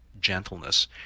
gentleness